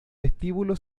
vestíbulo